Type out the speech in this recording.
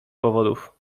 powodów